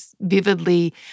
vividly